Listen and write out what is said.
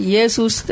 Jesus